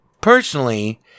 personally